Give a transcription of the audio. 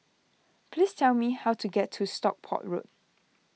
please tell me how to get to Stockport Road